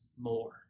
more